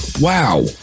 wow